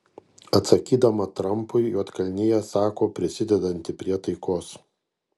atsakydama trampui juodkalnija sako prisidedanti prie taikos